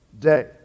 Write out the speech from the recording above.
day